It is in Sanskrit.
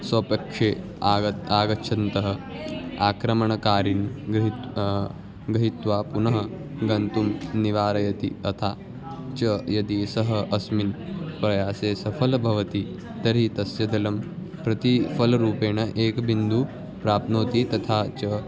स्वपक्षे आगच्छति आगच्छन्तः आक्रमणकारिणः गृहं गृहीत्वा पुनः गन्तुं निवारयति अथ च यदि सः अस्मिन् प्रयासे सफलं भवति तर्हि तस्य जलं प्रतिफलरूपेण एकबिन्दुः प्राप्नोति तथा च